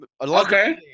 Okay